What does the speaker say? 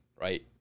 right